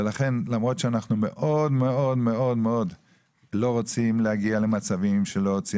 אנחנו מאוד לא רוצים להגיע למצבים של להוציא